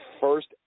first